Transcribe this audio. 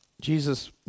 Jesus